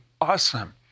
awesome